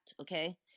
okay